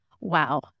Wow